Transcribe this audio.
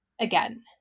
again